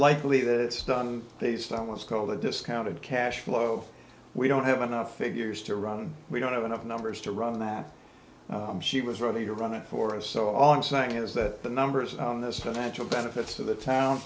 likely that it's done based on what's called a discounted cash flow we don't have enough figures to run we don't have enough numbers to run that she was ready to run it for us so all i'm saying is that the numbers on this financial benefits of the town